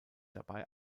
dabei